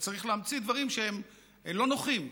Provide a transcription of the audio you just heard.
וצריך להמציא דברים שהם לא נוחים.